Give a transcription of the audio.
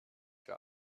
für